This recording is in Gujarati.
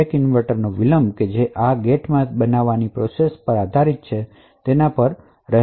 દરેક ઇન્વર્ટરનો ડીલે t ગેટની બનાવટ પ્રોસેસ પર આધારિત છે